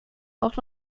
auch